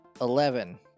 Eleven